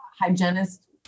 hygienist